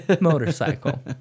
motorcycle